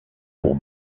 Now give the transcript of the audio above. pour